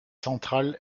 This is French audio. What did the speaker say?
centrale